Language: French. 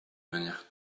manière